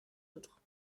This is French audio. autres